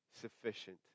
sufficient